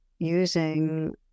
using